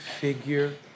figure